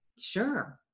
Sure